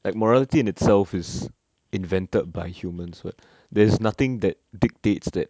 like morality in itself is invented by humans what there's nothing that dictates that